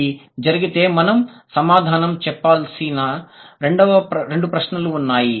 అదే జరిగితే మనం సమాధానం చెప్పాల్సిన రెండు ప్రశ్నలు ఉన్నాయి